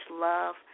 love